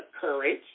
courage